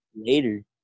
later